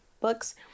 books